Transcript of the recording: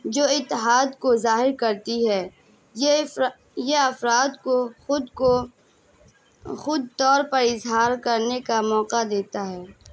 جو اتحاد کو ظاہر کرتی ہے یہ افر افراد کو خود کو خود طور پر اظہار کرنے کا موقع دیتا ہے